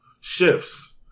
shifts